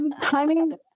timing